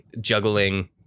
juggling